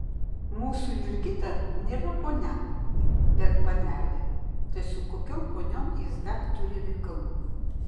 mūsų jurgita nėra ponia bet panelė tai su kokiom poniom jis dar turi reikalų